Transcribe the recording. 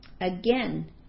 Again